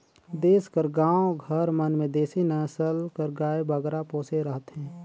देस कर गाँव घर मन में देसी नसल कर गाय बगरा पोसे रहथें